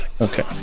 Okay